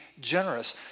generous